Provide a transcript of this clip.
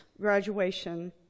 graduation